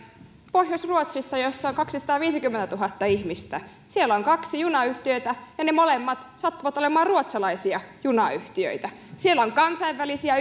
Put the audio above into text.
pohjois ruotsissa jossa on kaksisataaviisikymmentätuhatta ihmistä on kyllä kaksi junayhtiötä ja ne molemmat sattuvat olemaan ruotsalaisia junayhtiöitä ja siellä on kansainvälisiä